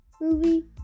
movie